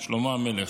המלך.